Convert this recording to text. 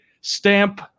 stamp